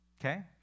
Okay